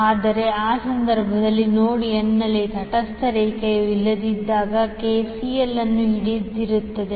ಆದರೆ ಆ ಸಂದರ್ಭಗಳಲ್ಲಿ ನೋಡ್ n ನಲ್ಲಿ ತಟಸ್ಥ ರೇಖೆಯು ಇಲ್ಲದಿದ್ದಾಗ ಕೆಸಿಎಲ್ ಇನ್ನೂ ಹಿಡಿದಿರುತ್ತದೆ